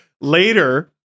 Later